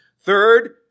Third